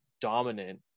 dominant